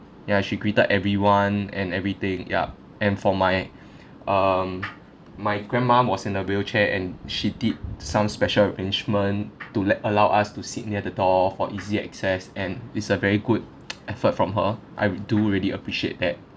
ya she greeted everyone and everything yup and for my um my grandma was in a wheelchair and she did some special arrangement to let allow us to sit near the door for easy access and is a very good effort from her I do really appreciate that